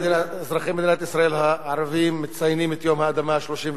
אזרחי מדינת ישראל הערבים מציינים את יום האדמה ה-35,